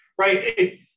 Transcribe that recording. Right